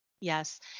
Yes